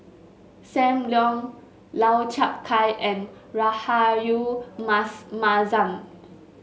Sam Leong Lau Chiap Khai and Rahayu Mas Mahzam